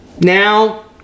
Now